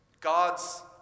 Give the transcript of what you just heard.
God's